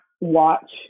watch